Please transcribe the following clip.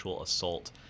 assault